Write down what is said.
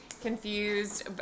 confused